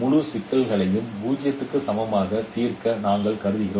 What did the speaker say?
முழு சிக்கலையும் 0 க்கு சமமாக தீர்க்க நாங்கள் கருதுகிறோம்